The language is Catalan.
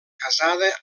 casada